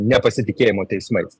nepasitikėjimo teismais